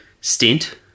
stint